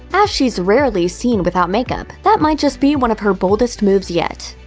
as she's rarely seen without makeup, that might just be one of her boldest moves yet.